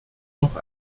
noch